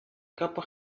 couple